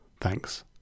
Thanks